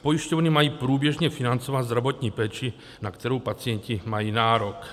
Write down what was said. Pojišťovny mají průběžně financovat zdravotní péči, na kterou pacienti mají nárok.